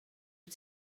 wyt